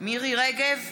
מירי רגב,